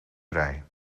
vrij